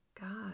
God